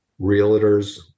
realtors